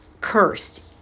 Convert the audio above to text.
cursed